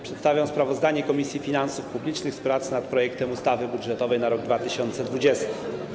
Przedstawiam sprawozdanie Komisji Finansów Publicznych z prac nad projektem ustawy budżetowej na rok 2020.